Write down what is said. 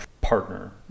partner